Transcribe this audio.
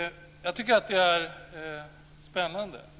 Jag tycker att detta är spännande.